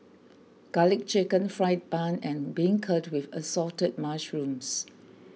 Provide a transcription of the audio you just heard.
Garlic Chicken Fried Bun and Beancurd with Assorted Mushrooms